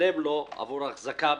משלם לו עבור אחזקה.